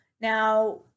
Now